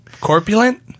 Corpulent